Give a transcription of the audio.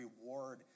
reward